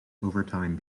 overtime